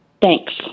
Thanks